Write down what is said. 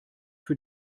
für